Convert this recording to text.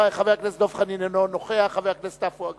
חבר הכנסת עפו אגבאריה,